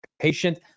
patient